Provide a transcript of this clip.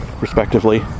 respectively